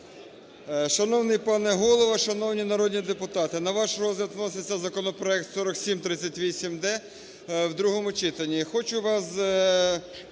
Шановний пане Голово! Шановні народні депутати! На ваш розгляд вноситься законопроект 4738-д в другому читанні.